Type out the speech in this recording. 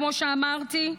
כמו שאמרתי,